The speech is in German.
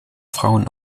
frauen